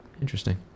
interesting